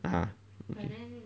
(uh huh)